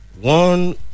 one